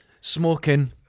Smoking